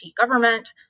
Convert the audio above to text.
government